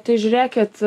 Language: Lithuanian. tai žiūrėkit